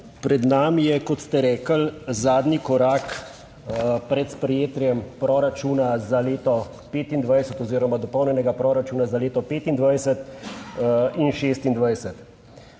pred nami je, kot ste rekli, zadnji korak pred sprejetjem proračuna za leto 2025 oziroma dopolnjenega proračuna za leto 2025 in 2026.